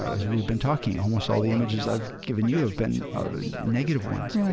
as we've been talking, almost all the images i've given you have been negative ones.